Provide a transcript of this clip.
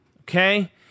okay